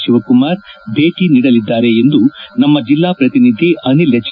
ಶಿವಕುಮಾರ್ ಭೇಟಿ ನೀಡಲಿದ್ದಾರೆ ಎಂದು ನಮ್ಮ ಜಿಲ್ದಾ ಪ್ರತಿನಿಧಿ ಅನಿಲ್ ಎಚ್